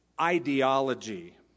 ideology